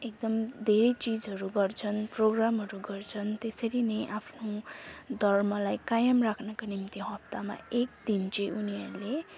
एकदम धेरै चिजहरू गर्छन् प्रोग्रामहरू गर्छन् त्यसरी नै आफ्नो धर्मलाई कायम राख्नको निम्ति हप्तामा एकदिन चाहिँ उनीहरूले